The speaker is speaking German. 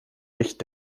licht